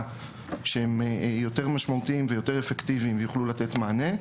שהם יותר משמעותיים ויותר אפקטיביים ויוכלו לתת מענה.